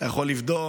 אתה יכול לבדוק,